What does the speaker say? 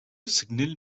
signal